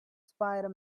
spider